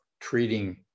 treating